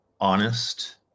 honest